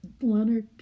Leonard